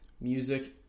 music